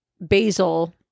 basil